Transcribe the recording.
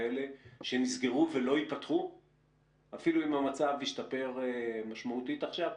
שנסגרו ולא ייפתחו אפילו אם המצב ישתפר משמעותית עכשיו?